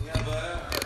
אני הבעיה?